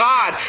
God